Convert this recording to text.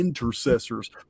intercessors